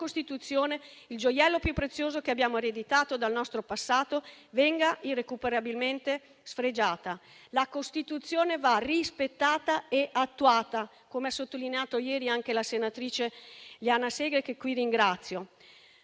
il gioiello più prezioso che abbiamo ereditato dal nostro passato, venga irrecuperabilmente sfregiata. La Costituzione va rispettata e attuata, come ha sottolineato ieri anche la senatrice Liliana Segre, che qui ringrazio.